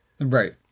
Right